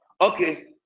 okay